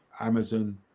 Amazon